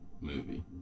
movie